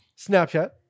Snapchat